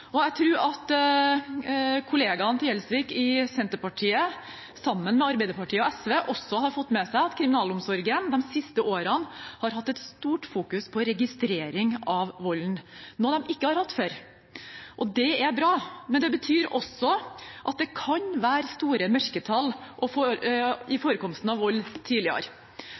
økt. Jeg tror at Gjelsviks kollegaer i Senterpartiet, sammen med Arbeiderpartiet og SV, også har fått med seg at kriminalomsorgen de siste årene har fokusert mye på registrering av volden, noe de ikke har gjort før. Det er bra, men det betyr også at det kan ha vært store mørketall i forekomsten av vold tidligere.